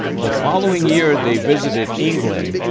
the following year, they visited england,